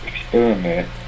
experiment